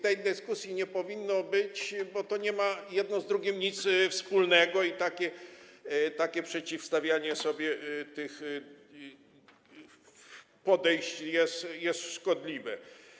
Tej dyskusji nie powinno być, bo to nie ma jedno z drugim nic wspólnego i takie przeciwstawianie sobie tych podejść jest szkodliwe.